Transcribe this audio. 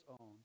own